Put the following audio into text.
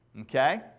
okay